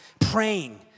praying